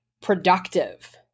productive